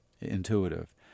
intuitive